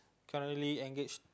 currently engaged